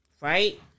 right